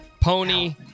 Pony